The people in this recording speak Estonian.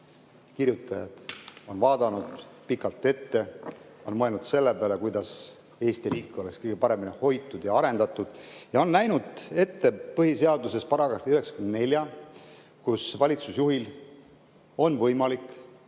kirjutajad on vaadanud pikalt ette, on mõelnud selle peale, kuidas Eesti riik oleks kõige paremini hoitud ja arendatud, ja on näinud ette põhiseaduses § 94, mille kohaselt on valitsusjuhil võimalik